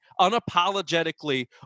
unapologetically